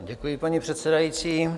Děkuji, paní předsedající.